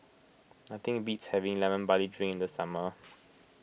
nothing beats having Lemon Barley Drink in the summer